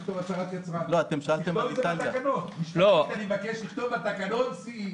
אז תכתוב בתקנות "CE"